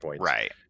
right